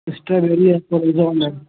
strawberry ہے پالیزون ہے